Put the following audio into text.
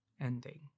ending